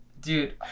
Dude